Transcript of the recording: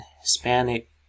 hispanic